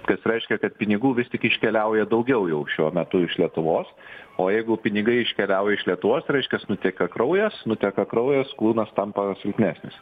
kas reiškia kad pinigų vis tiek iškeliauja daugiau jau šiuo metu iš lietuvos o jeigu pinigai iškeliauja iš lietuvos reiškias nuteka kraujas nuteka kraujas kūnas tampa silpnesnis